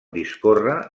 discorre